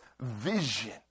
vision